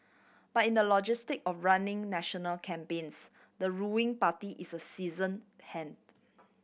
but in the logistic of running national campaigns the ruling party is a season hand